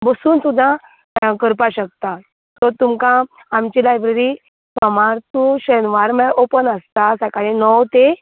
बसून सुद्दां काम करपा शकता सो तुमका आमची लायब्ररी सोमार टू शेनवार म्हणल्यार ओपन आसता सकाळीं णव ते